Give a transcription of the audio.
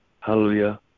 Hallelujah